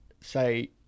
say